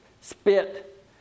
spit